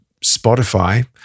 Spotify